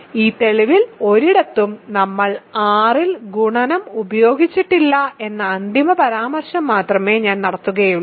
ഈ തെളിവിൽ ഒരിടത്തും നമ്മൾ R ൽ ഗുണനം ഉപയോഗിച്ചിട്ടില്ല എന്ന അന്തിമ പരാമർശം മാത്രമേ ഞാൻ നടത്തുകയുള്ളൂ